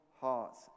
hearts